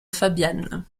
fabian